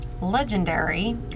legendary